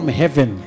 heaven